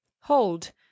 hold